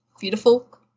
beautiful